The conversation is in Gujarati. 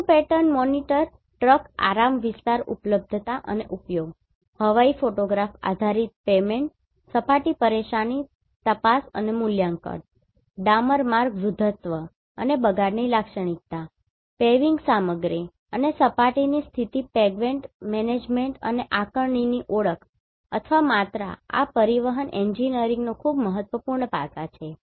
માર્ગ પેટર્ન મોનીટર ટ્રક આરામ વિસ્તાર ઉપલબ્ધતા અને ઉપયોગ હવાઈ ફોટોગ્રાફ આધારિત પેવમેન્ટ સપાટી પરેશાની તપાસ અને મૂલ્યાંકન ડામર માર્ગ વૃદ્ધત્વ અને બગાડની લાક્ષણિકતા પેવિંગ સામગ્રી અને સપાટીની સ્થિતિ પેવમેન્ટ મેનેજમેન્ટ અને આકારણીની ઓળખ અથવા માત્રા આ પરિવહન એન્જિનિયરિંગનો ખૂબ મહત્વપૂર્ણ પાસા છે